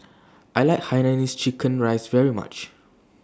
I like Hainanese Chicken Rice very much